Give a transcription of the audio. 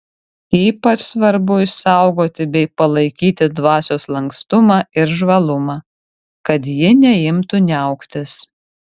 ypač svarbu išsaugoti bei palaikyti dvasios lankstumą ir žvalumą kad ji neimtų niauktis